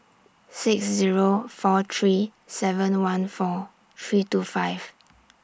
six Zero four three seven one four three two five